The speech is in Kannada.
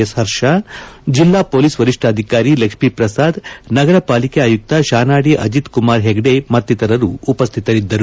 ಎಸ್ ಪರ್ಷ ಜಿಲ್ಲಾ ಪೊಲೀಸ್ ವರಿಷ್ಣಾಧಿಕಾರಿ ಲಕ್ಷ್ಮೀಪ್ರಸಾದ್ ನಗರಪಾಲಿಕೆ ಆಯುಕ್ತ ಶಾನಾಡಿ ಅಜಿತ್ ಕುಮಾರ್ ಹೆಗ್ಗೆ ಮತ್ತಿತರರು ಉಪ್ಖತರಿದ್ದರು